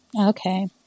Okay